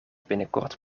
binnenkort